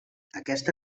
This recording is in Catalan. aquesta